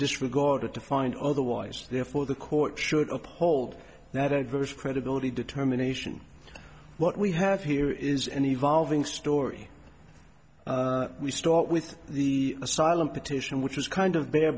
disregard or to find otherwise therefore the court should uphold that adverse credibility determination what we have here is an evolving story we start with the asylum petition which was kind of bare